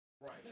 Right